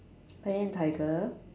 lion and tiger